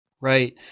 Right